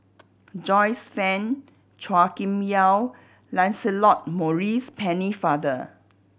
Joyce Fan Chua Kim Yeow Lancelot Maurice Pennefather